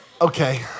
okay